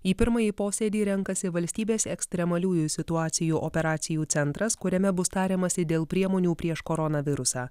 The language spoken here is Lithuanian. į pirmąjį posėdį renkasi valstybės ekstremaliųjų situacijų operacijų centras kuriame bus tariamasi dėl priemonių prieš koronavirusą